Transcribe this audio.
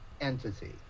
entity